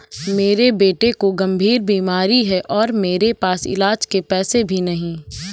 मेरे बेटे को गंभीर बीमारी है और मेरे पास इलाज के पैसे भी नहीं